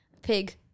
Pig